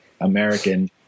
American